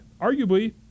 arguably